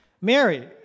Mary